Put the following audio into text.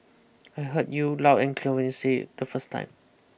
I heard you loud and clear when you said it the first time